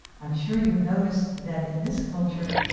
i'm sure you have noticed that in this culture,